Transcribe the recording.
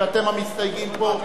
אתם המסתייגים פה.